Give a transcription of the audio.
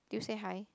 did you say hi